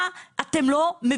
מה אתם לא מבינים?